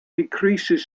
decreases